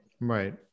Right